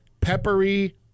peppery